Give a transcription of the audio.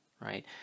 right